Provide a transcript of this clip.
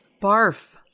Barf